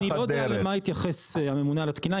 כן, אני ל איודע למה התייחס הממונה על התקינה.